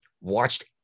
watched